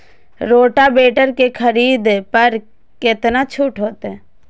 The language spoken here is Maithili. रोटावेटर के खरीद पर केतना छूट होते?